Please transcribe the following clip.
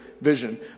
vision